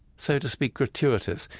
so to speak, gratuitous.